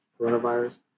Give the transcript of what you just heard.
coronavirus